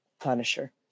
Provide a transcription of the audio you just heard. Punisher